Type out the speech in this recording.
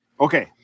Okay